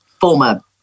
former